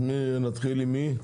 אז נתחיל עם מי?